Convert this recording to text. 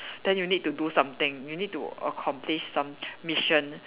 then you need to do something you need to accomplish some mission